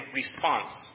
response